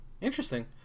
Interesting